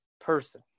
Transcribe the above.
person